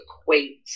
equate